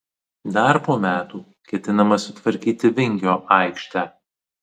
dar po metų ketinama sutvarkyti vingio aikštę